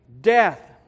death